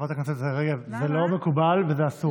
חברת הכנסת רגב, זה לא מקובל וזה אסור.